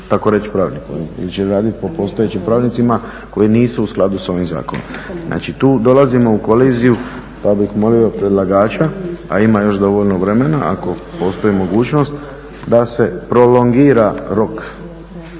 takoreći pravilnikom jer će raditi po postojećim pravilnicima koji nisu u skladu s ovim zakonom. Znači, tu dolazimo u koliziju pa bih molio predlagača, a ima još dovoljno vremena, ako postoji mogućnost da se prolongira rok,